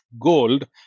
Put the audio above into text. gold